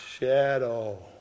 Shadow